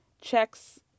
checks